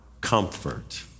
comfort